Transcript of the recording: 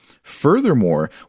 Furthermore